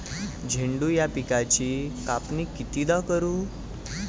झेंडू या पिकाची कापनी कितीदा करू?